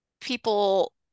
people